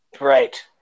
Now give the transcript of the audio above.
Right